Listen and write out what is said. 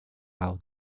how